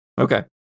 Okay